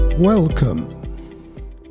Welcome